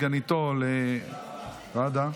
לסגניתו ראדה,